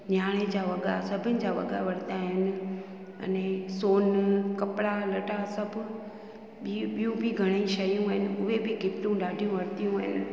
नयाणी जा वॻा सभिनि जा वॻा वरिता आहिनि अने सोन कपिड़ा लटा सभु बियूं बियूं बि घणेई शयूं आहिनि उहे बि गिफ्टूं ॾाढी वरितियूं आहिनि